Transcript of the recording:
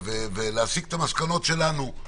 ולהסיק את המסקנות שלנו.